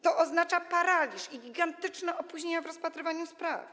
To oznacza paraliż i gigantyczne opóźnienia w rozpatrywaniu spraw.